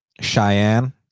Cheyenne